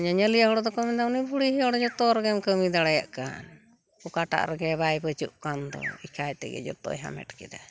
ᱧᱮᱧᱮᱞᱤᱭᱟᱹ ᱦᱚᱲᱫᱚᱠᱚ ᱢᱮᱱᱮᱫᱟ ᱩᱱᱤ ᱵᱩᱲᱦᱤ ᱦᱚᱲ ᱡᱚᱛᱚ ᱨᱮᱜᱮᱢ ᱠᱟᱹᱢᱤ ᱫᱟᱲᱮᱭᱟᱜ ᱠᱟᱱ ᱚᱠᱟᱴᱟᱜ ᱨᱮᱜᱮ ᱵᱟᱭ ᱯᱟᱹᱪᱟᱹᱜᱠᱟᱱ ᱫᱚ ᱮᱠᱟᱭ ᱛᱮᱜᱮ ᱡᱚᱛᱚᱭ ᱦᱟᱢᱮᱴ ᱠᱮᱫᱟ